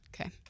Okay